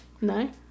No